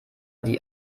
die